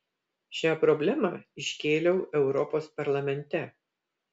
šią problemą iškėliau europos parlamente